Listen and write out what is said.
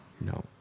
no